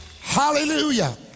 Hallelujah